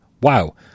Wow